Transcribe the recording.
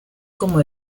como